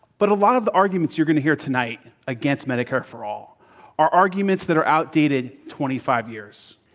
but a lot of the arguments you're going to hear tonight against medicare for all are arguments that are outdated twenty five years.